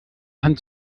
hand